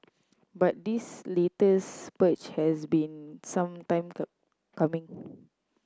but this latest purge has been some time coming